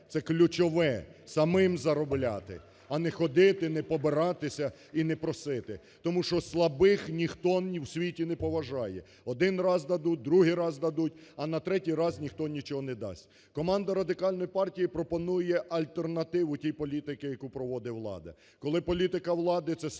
це ключова самим заробляти, а не ходити, не побиратися і не просити. Тому що слабих ніхто в світ не поважає, один раз дадуть, другий раз дадуть, а на третій раз ніхто нічого не дасть. Команда Радикальної партії пропонує альтернативу тій політиці, яку проводить влада. Коли політика влади, це слабкість